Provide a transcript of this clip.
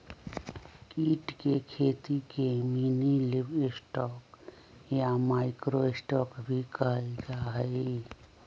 कीट के खेती के मिनीलिवस्टॉक या माइक्रो स्टॉक भी कहल जाहई